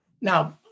Now